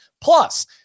Plus